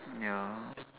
ya